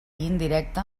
indirecta